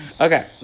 Okay